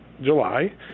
July